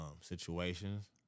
situations